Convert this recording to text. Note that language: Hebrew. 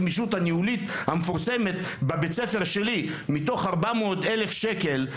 הגמישות הניהולית המפורסמת מסתכמת בכ-40,000 ₪,